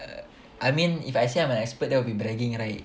err I mean if I say I'm an expert that will be bragging right